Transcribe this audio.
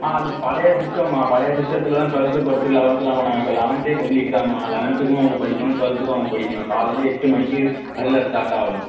மா அது பழைய சிஸ்டம்மா பழைய சிஸ்டத்தில்தான் டுவெல்த்து போகிறதுக்கு லெவன்த் இப்போ லெவன்தே பப்ளிக்தாம்மா லெவன்த்துக்கும் அவங்க படிக்கணும் டுவெல்த்துக்கும் அவங்க படிக்கணும் காலையில் எட்டு மணிக்கு ஸ்டார்ட் ஆகும்